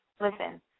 listen